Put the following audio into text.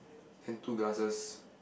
then two glasses